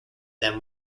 them